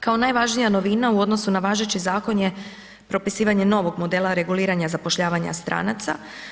Kao najvažnija novina u odnosu na važeći zakon je propisivanje novog modela reguliranja zapošljavanja stranica.